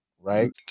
Right